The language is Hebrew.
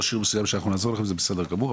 ראש עיר מסוים שאנחנו נעזור לכם זה בסדר גמור,